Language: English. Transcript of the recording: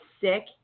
sick